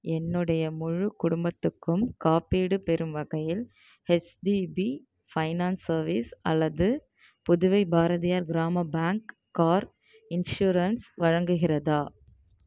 என்னுடைய முழு குடும்பத்துக்கும் காப்பீடு பெறும் வகையில் ஹெச்டிபி ஃபைனான்ஸ் சர்வீசஸ் அல்லது Puduvai Bharathiar Grama bank car insurance வழங்குகிறதா